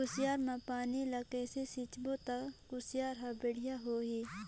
कुसियार मा पानी ला कइसे सिंचबो ता कुसियार हर बेडिया होही?